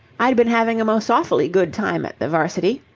i'd been having a most awfully good time at the varsity,